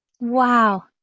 Wow